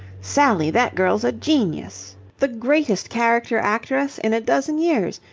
sally, that girl's a genius! the greatest character actress in a dozen years!